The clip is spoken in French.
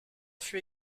fut